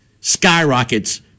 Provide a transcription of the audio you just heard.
skyrockets